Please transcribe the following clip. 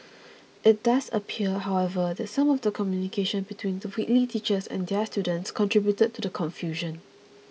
it does appear however that some of the communication between Whitley teachers and their students contributed to the confusion